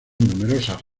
numerosas